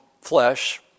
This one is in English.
flesh